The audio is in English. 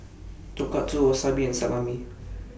Tonkatsu Wasabi and Salami